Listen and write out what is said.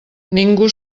ningú